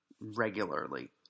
regularly